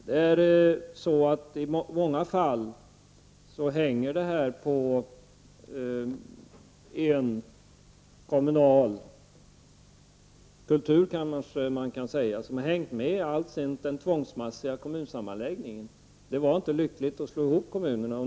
I många fall hänger det på en kommunal -- kultur, kanske man kan kalla det, som har hängt med allt sedan den tvångsmässiga kommunsammanslagningen. Det var inte lyckligt att slå ihop kommunerna.